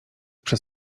przez